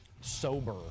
sober